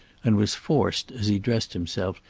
and was forced, as he dressed himself,